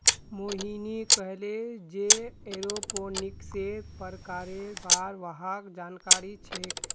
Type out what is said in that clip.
मोहिनी कहले जे एरोपोनिक्सेर प्रकारेर बार वहाक जानकारी छेक